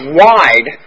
wide